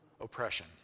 oppression